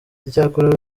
icyakora